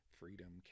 freedom